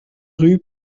rue